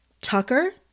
Tucker